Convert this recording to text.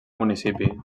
municipi